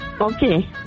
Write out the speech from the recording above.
Okay